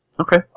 Okay